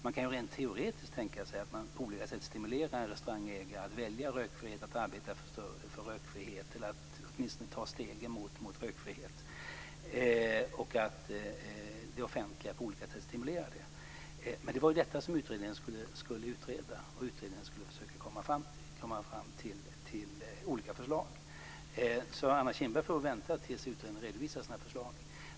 Jag kan rent teoretiskt tänka mig att man på olika sätt stimulerar restaurangägare att välja rökfrihet, att arbeta för rökfrihet eller att åtminstone ta ett steg mot rökfrihet. Det offentliga skulle på olika sätt kunna stimulera det. Men det var detta som utredningen skulle arbeta med och komma fram till olika förslag om. Anna Kinberg får alltså vänta tills utredningen redovisar sina förslag.